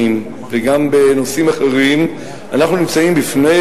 וגם בנושאים אחרים אנחנו נמצאים בפני